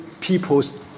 people's